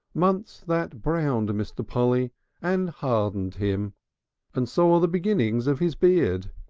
months that browned mr. polly and hardened him and saw the beginnings of his beard,